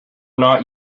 not